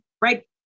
right